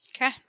Okay